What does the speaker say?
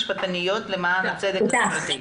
משפטניות למען הצדק החברתי.